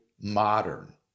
modern